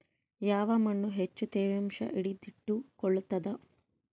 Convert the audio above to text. ಯಾವ್ ಮಣ್ ಹೆಚ್ಚು ತೇವಾಂಶ ಹಿಡಿದಿಟ್ಟುಕೊಳ್ಳುತ್ತದ?